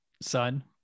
son